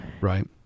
Right